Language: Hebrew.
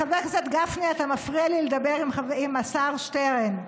חבר הכנסת גפני, אתה מפריע לי לדבר עם השר שטרן.